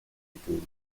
épaules